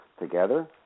together